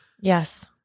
Yes